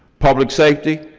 public safety,